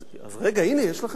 אז רגע, הנה, יש לכם אפשרות.